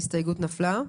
ההסתייגות נפלה.